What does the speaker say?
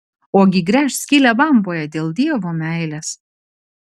ogi gręš skylę bamboje dėl dievo meilės